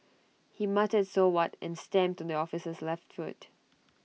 he muttered so what and stamped on the officer's left foot